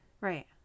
Right